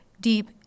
deep